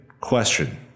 question